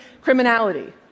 criminality